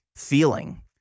feeling